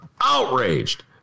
outraged